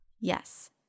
Yes